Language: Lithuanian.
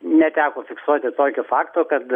neteko fiksuoti tokio fakto kad